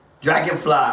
Dragonfly